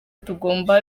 tugomba